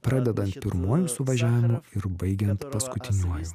pradedant pirmuoju suvažiavimu ir baigiant paskutiniuoju